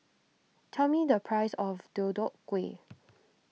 tell me the price of Deodeok Gui